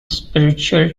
spiritual